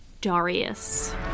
darius